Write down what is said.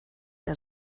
der